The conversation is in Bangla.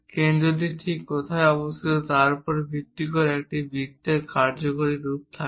কেন্দ্রটি ঠিক কোথায় অবস্থিত তার উপর ভিত্তি করে একটি বৃত্তের একটি কার্যকরী রূপ থাকে